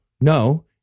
no